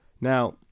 Now